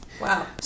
Wow